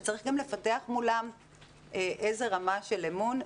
צריך גם לפתח מולם איזו רמה של אמון.